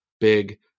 big